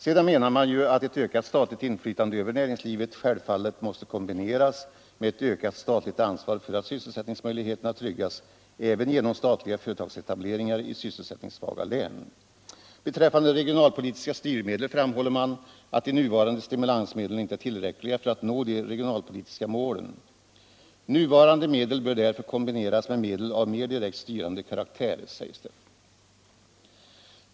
Sedan menar man att ett statligt inflytande över näringslivet självfallet måste kombineras med ett ökat statligt ansvar för att sysselsättningsmöjligheterna tryggas även genom statliga företagsetableringar i sysselsättningssvaga län. Beträffande regionalpolitiska styrmedel framhåller man att de nuvarande stimulansmedlen inte är tillräckliga för att nå de regionalpolitiska målen. Nuvarande medel bör därför kombineras med medel av mer direkt styrande karaktär, sägs det.